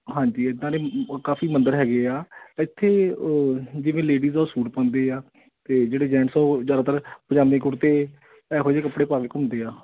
ਹਾਂਜੀ ਐਦਾਂ ਦੇ ਕਾਫ਼ੀ ਮੰਦਿਰ ਹੈਗੇ ਆ ਇੱਥੇ ਜਿਵੇਂ ਲੇਡੀਜ਼ ਆ ਉਹ ਸੂਟ ਪਾਉਂਦੇ ਆ ਅਤੇ ਜਿਹੜੇ ਜੈਂਟਸ ਆ ਉਹ ਜ਼ਿਆਦਾਤਰ ਪਜ਼ਾਮੇ ਕੁੜਤੇ ਇਹੋ ਜਿਹੇ ਕੱਪੜੇ ਪਾ ਕੇ ਘੁੰਮਦੇ ਆ